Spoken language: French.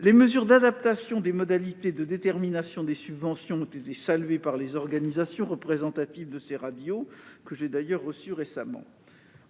Les mesures d'adaptation des modalités de détermination des subventions ont été saluées par les organisations représentatives de ces radios, que j'ai d'ailleurs reçues récemment.